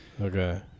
Okay